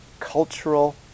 Cultural